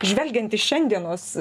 žvelgiant į šiandienos